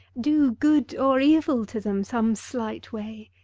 do good or evil to them some slight way.